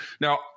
Now